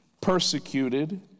persecuted